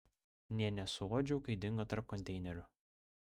nė nesuuodžiau kai dingo tarp konteinerių